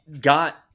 got